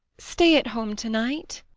stay at home to-night!